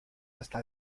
hasta